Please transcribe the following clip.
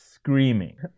Screaming